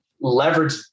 leverage